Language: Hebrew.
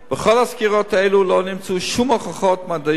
בכל הסקירות האלה לא נמצאו שום הוכחות מדעיות